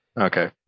okay